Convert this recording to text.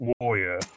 warrior